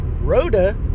Rhoda